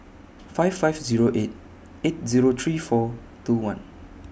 five five Zero eight eight Zero three four two one